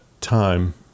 time